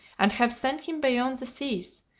and have sent him beyond the seas!